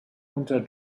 unter